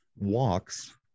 walks